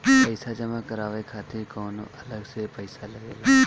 पईसा जमा करवाये खातिर कौनो अलग से पईसा लगेला?